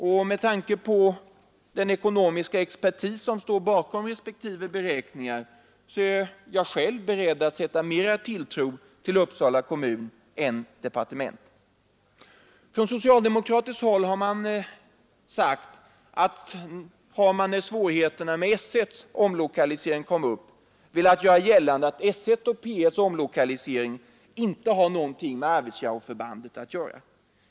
Med tanke på den ekonomiska expertis som står bakom respektive beräkningar är jag själv beredd att sätta mera tilltro till Uppsala kommuns beräkningar än till departementets. Från socialdemokratiskt håll har man när svårigheterna med S1:s omlokalisering kom upp velat göra gällande att S 1:s och P 1:s omlokalisering inte har någonting med Arvidsjaurförbandet att göra.